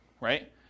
right